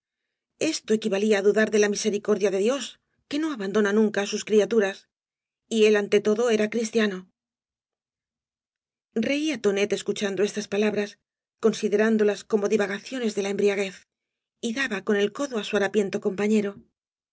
esto equivalía á dudar de la misericordia de dios que no abandona nunca á sus criaturas y él ante todo era cristiano reía tonet escuchando estas palabras considerándolas como divagaciones de la embriaguez v bjlasoo ibáñiz y daba con el codo á su harapiento compañero